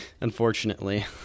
Unfortunately